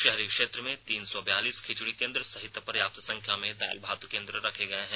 शहरी क्षेत्र में तीन सौ बयालीस खिचड़ी केन्द्र सहित पर्याप्त संख्या में दाल भात केन्द्र रखे गए हैं